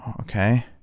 okay